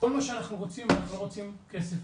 כל מה שאנחנו רוצים, אנחנו לא רוצים כסף,